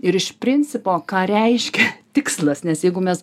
ir iš principo ką reiškia tikslas nes jeigu mes